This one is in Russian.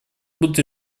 будут